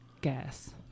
Gas